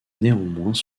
néanmoins